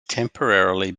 temporarily